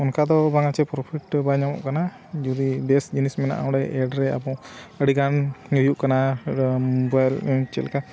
ᱚᱱᱠᱟ ᱫᱚ ᱵᱟᱝ ᱟᱪᱪᱷᱮ ᱯᱨᱚᱯᱷᱤᱴ ᱵᱟᱭ ᱧᱟᱢᱚᱜ ᱠᱟᱱᱟ ᱡᱩᱫᱤ ᱵᱮᱥ ᱡᱤᱱᱤᱥ ᱢᱮᱱᱟᱜᱼᱟ ᱚᱸᱰᱮ ᱮᱰ ᱨᱮ ᱟᱵᱚ ᱟᱹᱰᱤᱜᱟᱱ ᱦᱩᱭᱩᱜ ᱠᱟᱱᱟ ᱢᱳᱵᱟᱭᱤᱞ ᱪᱮᱫ ᱞᱮᱠᱟ